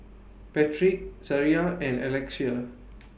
Patric Zaria and Alexia